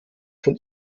von